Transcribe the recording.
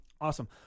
awesome